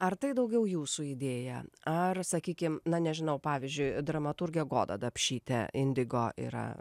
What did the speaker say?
ar tai daugiau jūsų idėja ar sakykim na nežinau pavyzdžiui dramaturgė goda dapšytė indigo yra